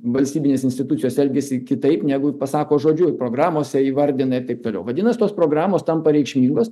valstybinės institucijos elgiasi kitaip negu pasako žodžiu programose įvardina ir taip toliau vadinas tos programos tampa reikšmingos